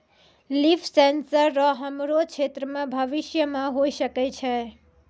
लिफ sensor रो हमरो क्षेत्र मे भविष्य मे होय सकै छै